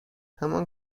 همان